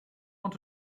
want